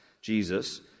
Jesus